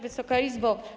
Wysoka Izbo!